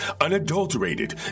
unadulterated